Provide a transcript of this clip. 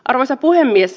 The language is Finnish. arvoisa puhemies